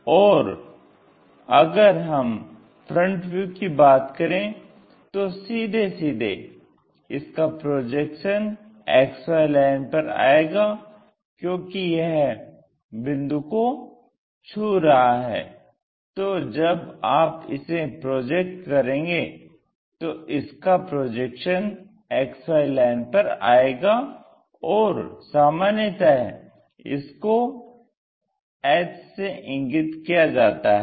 और अगर हम फ्रंट व्यू की बात करें तो सीधे सीधे इसका प्रोजेक्शन XY लाइन पर आएगा क्योंकि यह बिंदु को छू रहा है तो जब आप इसे प्रोजेक्ट करेंगे तो इसका प्रोजेक्शन XY लाइन पर आएगा और सामान्यतः इसको h से इंगित किया जाता है